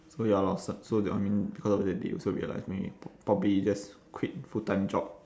so ya lor so so that I mean because of that they also realise maybe probably just quit full time job